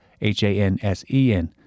H-A-N-S-E-N